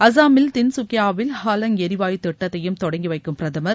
அசாமில் தின்கக்கியாவில் ஹாலங் எரிவாயு திட்டைத்தையும் தொடங்கி வைக்கும் பிரதமர்